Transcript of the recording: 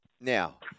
Now